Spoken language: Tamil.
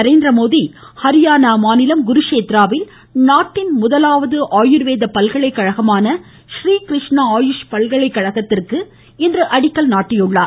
நரேந்திரமோடி ஹரியானா குருஷேத்ராவில் நாட்டின் முதலாவது ஆயுர்வேத பல்கலைக்கழகமான றீகிருஷ்ணா ஆயுஷ் பல்கலைக்கழகத்திற்கு இன்று அடிக்கல் நாட்டினார்